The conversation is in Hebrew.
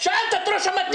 שאלת את ראש המטה,